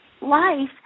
life